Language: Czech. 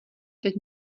teď